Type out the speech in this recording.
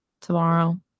tomorrow